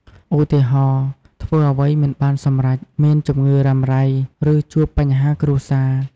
ឧទាហរណ៍ ធ្វើអ្វីមិនបានសម្រេច មានជំងឺរ៉ាំរ៉ៃ ឬជួបបញ្ហាគ្រួសារ។